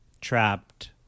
Trapped